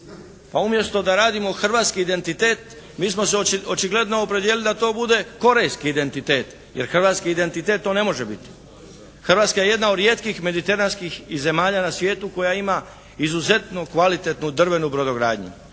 Pa umjesto da radimo hrvatski identitet mi smo se očigledno opredijelili da to bude korejski identitet, jer hrvatski identitet to ne može biti. Hrvatska je jedna od rijetkih mediteranskih i zemalja na svijetu koja ima izuzetno kvalitetnu drvenu brodogradnju